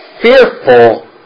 fearful